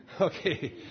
Okay